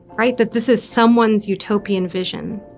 right? that this is someone's utopian vision.